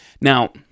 Now